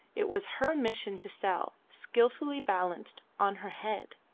it was her mission to sell, skilfully balanced on her head.